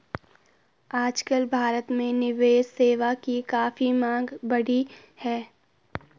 आजकल भारत में निवेश सेवा की काफी मांग बढ़ी है